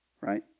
Right